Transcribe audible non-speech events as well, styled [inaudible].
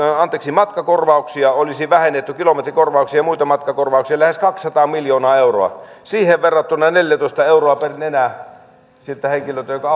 matkakorvauksia olisi vähennetty kilometrikorvauksia ja muita matkakorvauksia lähes kaksisataa miljoonaa euroa siihen verrattuna neljätoista euroa per nenä vuodessa siltä henkilöltä joka [unintelligible]